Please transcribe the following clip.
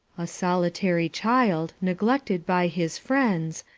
a solitary child, neglected by his friends,